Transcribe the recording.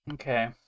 Okay